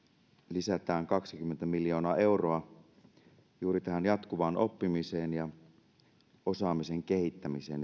lisätään kaksikymmentä miljoonaa euroa juuri tähän jatkuvaan oppimiseen ja osaamisen kehittämiseen